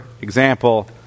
example